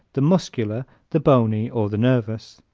the muscular, the bony or the nervous.